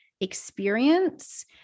experience